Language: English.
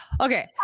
Okay